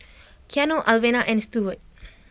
Keanu Alvena and Stewart